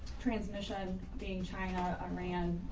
transmission being china, iran,